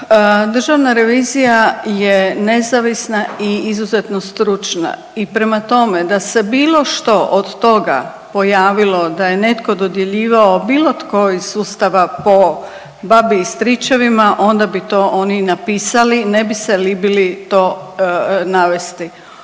Državna revizija je nezavisna i izuzetno stručna i prema tome, da se bilo što od toga pojavilo da je netko dodjeljivao, bilo tko iz sustava po babi i stričevima, onda bi to oni i napisali, ne bi se libili to navesti.